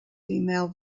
female